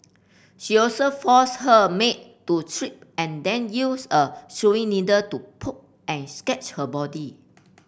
she also forced her maid to strip and then used a sewing needle to poke and sketch her body